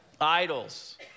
Idols